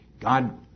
God